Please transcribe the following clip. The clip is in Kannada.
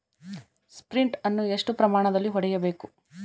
ಸ್ಪ್ರಿಂಟ್ ಅನ್ನು ಎಷ್ಟು ಪ್ರಮಾಣದಲ್ಲಿ ಹೊಡೆಯಬೇಕು?